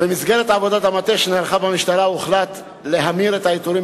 במסגרת עבודת המטה שנערכה במשטרה הוחלט להמיר את העיטורים